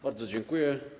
Bardzo dziękuję.